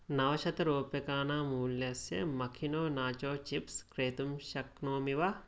नवशतरूप्यकानां मूल्यस्य मखिनो nacho chips क्रेतुं शक्नोमि वा